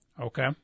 Okay